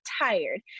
tired